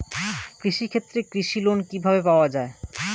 কৃষি ক্ষেত্রে কৃষি লোন কিভাবে পাওয়া য়ায়?